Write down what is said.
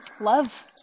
Love